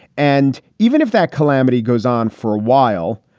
and even if that calamity goes on for a while,